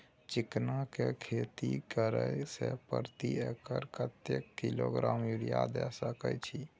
चिकना के खेती करे से प्रति एकर कतेक किलोग्राम यूरिया द सके छी?